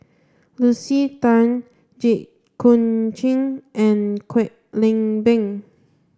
Lucy Tan Jit Koon Ch'ng and Kwek Leng Beng